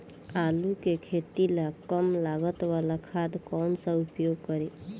आलू के खेती ला कम लागत वाला खाद कौन सा उपयोग करी?